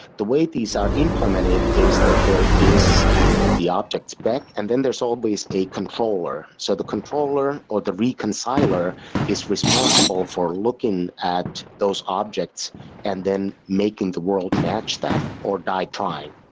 the way these are implemented is that there is the the object spec and then there's always a controller. so the controller or the reconciler is responsible for looking at those objects and then making the world match that or die trying.